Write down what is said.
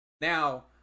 Now